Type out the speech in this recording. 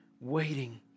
waiting